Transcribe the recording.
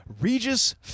Regis